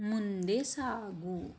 ಮುಂದೆ ಸಾಗು